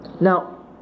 Now